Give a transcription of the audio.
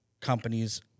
companies